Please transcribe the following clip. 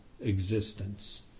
existence